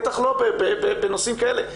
בטח לא בנושאים כאלה.